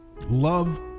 Love